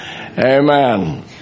Amen